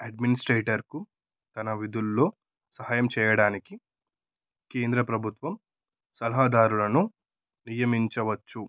అడ్మినిస్ట్రేటర్కు తన విధుల్లో సహాయం చెయ్యడానికి కేంద్ర ప్రభుత్వం సలహాదారులను నియమించవచ్చు